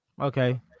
Okay